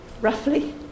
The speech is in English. roughly